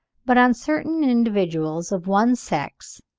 but on certain individuals of one sex,